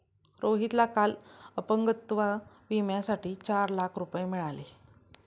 रोहितला काल अपंगत्व विम्यासाठी चार लाख रुपये मिळाले